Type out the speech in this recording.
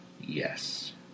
Yes